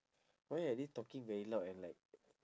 why are they talking very loud and like